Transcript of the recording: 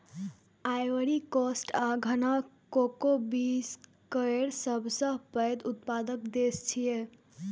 Ivory Coast आ Ghana cocoa beans केर सबसं पैघ उत्पादक देश छियै